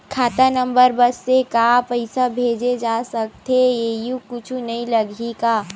खाता नंबर बस से का पईसा भेजे जा सकथे एयू कुछ नई लगही का?